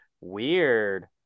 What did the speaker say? Weird